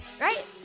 right